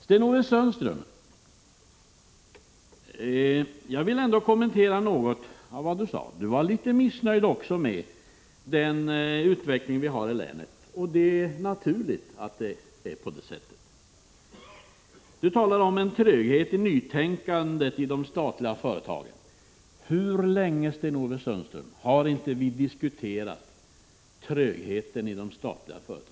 Jag vill kommentera något av vad Sten-Ove Sundström sade. Också Sten-Ove Sundström var litet missnöjd med utvecklingen i länet, och det är naturligt. Sten-Ove Sundström talar om en tröghet i fråga om nytänkande i de statliga företagen. Hur länge, Sten-Ove Sundström, har inte vi diskuterat trögheten i de statliga företagen?